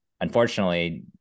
unfortunately